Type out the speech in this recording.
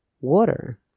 water